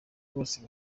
bose